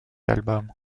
album